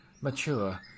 mature